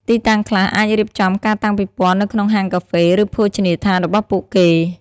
ទីតាំងខ្លះអាចរៀបចំការតាំងពិពណ៌នៅក្នុងហាងកាហ្វេ ឬភោជនីយដ្ឋានរបស់ពួកគេ។